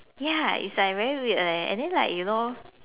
ya is like very weird leh and then like you know